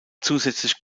zusätzlich